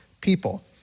people